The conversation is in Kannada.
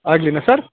ಆಗ್ಲಿನಾ ಸರ್